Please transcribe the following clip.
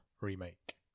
Remake